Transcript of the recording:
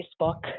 Facebook